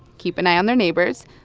keep an eye on their neighbors,